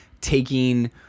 taking